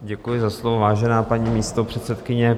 Děkuji za slovo, vážená paní místopředsedkyně.